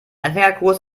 anfängerkurs